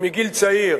ומגיל צעיר,